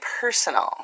personal